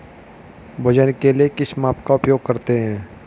वजन के लिए किस माप का उपयोग करते हैं?